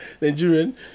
Nigerian